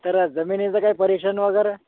तर जमिनीचं काही परीक्षण वगैरे